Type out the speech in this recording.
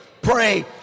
pray